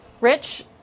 Rich